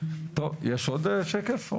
יש עוד שקף?